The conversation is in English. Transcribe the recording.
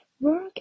work